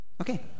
Okay